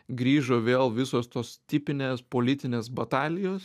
grįžo vėl visos tos tipinės politinės batalijos